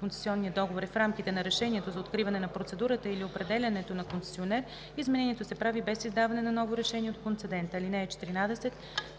концесионния договор е в рамките на решението за откриване на процедурата или определянето на концесионер, изменението се прави без издаване на ново решение от концедента. (14)